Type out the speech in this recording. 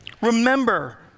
Remember